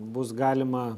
bus galima